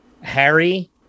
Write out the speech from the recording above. Harry